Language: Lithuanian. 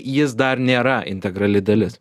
jis dar nėra integrali dalis